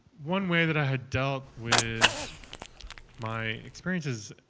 one way that i had dealt with my experiences